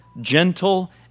gentle